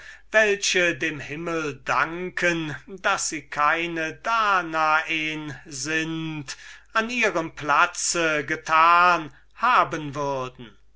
welche dem himmel danken daß sie keine danaen sind an ihrem platze getan haben würden